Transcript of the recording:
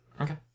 okay